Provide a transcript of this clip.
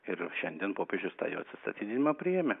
ir šiandien popiežius tą jo atsistatydinimą priėmė